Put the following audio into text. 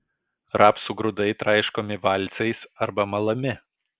rapsų grūdai traiškomi valcais arba malami